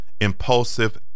impulsive